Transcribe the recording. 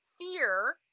fear